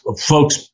folks